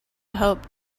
help